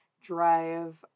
drive